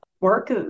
work